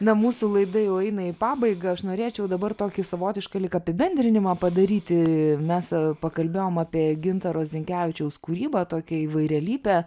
na mūsų laida jau eina į pabaigą aš norėčiau dabar tokį savotišką lyg apibendrinimą padaryti mes a pakalbėjom apie gintaro zinkevičiaus kūrybą tokią įvairialypę